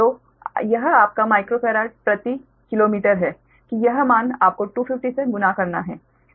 तो यह आपका माइक्रोफारड प्रति किलोमीटर है कि यह मान आपको 250 से गुणा करना है